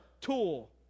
tool